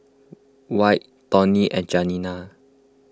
Whit Toni and Janiya